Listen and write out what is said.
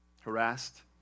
Harassed